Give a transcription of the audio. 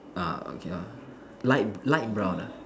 ah okay lor light light brown ah